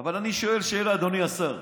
אבל אני שואל שאלה, אדוני השר,